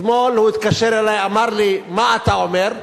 אתמול הוא התקשר אלי, אמר לי: מה אתה אומר?